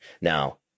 Now